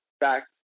back